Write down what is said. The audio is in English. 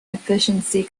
efficiency